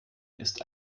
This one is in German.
ist